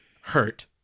Hurt